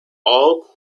all